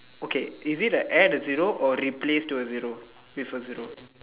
okay is it a add a zero or replace to a zero with a zero